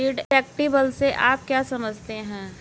Deductible से आप क्या समझते हैं?